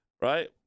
right